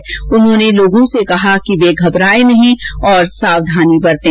doctor Bhargav ने लोगों से कहा कि वे घबराएं नहीं और सावधानी बरतें